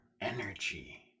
energy